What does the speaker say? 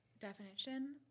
definition